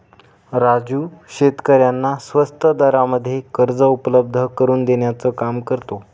राजू शेतकऱ्यांना स्वस्त दरामध्ये कर्ज उपलब्ध करून देण्याचं काम करतो